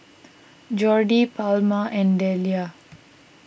Jordy Palma and Deliah